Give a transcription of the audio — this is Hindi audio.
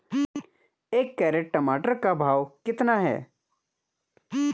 एक कैरेट टमाटर का भाव कितना है?